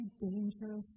dangerous